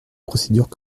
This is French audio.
procédures